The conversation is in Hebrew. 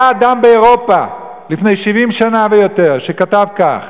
היה אדם באירופה לפני 70 שנה ויותר שכתב כך: